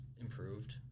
improved